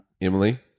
Emily